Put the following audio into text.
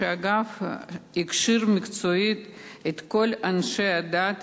שהאגף הכשיר מקצועית את כל אנשי הדת.